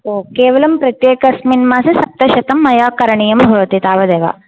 ओ केवलं प्रत्येकस्मिन् मासे सप्तशतं मया करणीयं भवति तावदेव